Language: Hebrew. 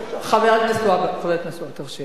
חבר הכנסת והבה, חבר הכנסת, תרשה לי.